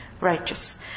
righteous